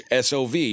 SOV